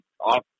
off